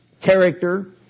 character